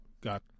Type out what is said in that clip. got